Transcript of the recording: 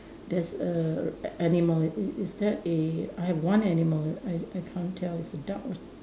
there's a a~ animal it is that a I've one animal I I can't tell it's a duck or